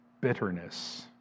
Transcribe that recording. bitterness